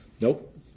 Nope